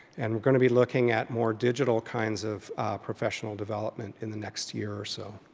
and we're going to be looking at more digital kinds of professional development in the next year or so.